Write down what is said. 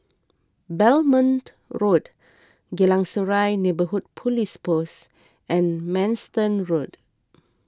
Belmont Road Geylang Serai Neighbourhood Police Post and Manston Road